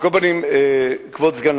לפעמים זה לא מספיק.